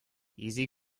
easy